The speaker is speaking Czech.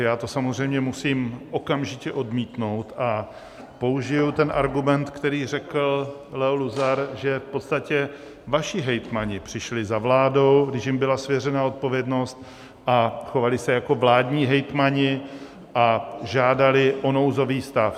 Já to samozřejmě musím okamžitě odmítnout a použiji ten argument, který řekl Leo Luzar, že v podstatě vaši hejtmani přišli za vládou, když jim byla svěřena odpovědnost, a chovali se jako vládní hejtmani a žádali o nouzový stav.